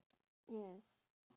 yes